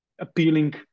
appealing